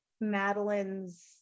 Madeline's